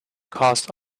caused